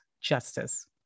justice